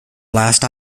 last